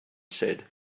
said